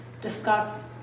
discuss